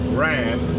ram